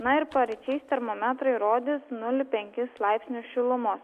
na ir paryčiais termometrai rodys nulį penkis laipsnius šilumos